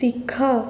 ଶିଖ